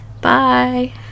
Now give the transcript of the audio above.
Bye